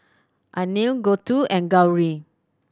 Anil Gouthu and Gauri